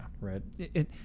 right